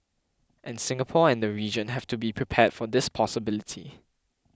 and Singapore and the region have to be prepared for this possibility